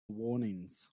warnings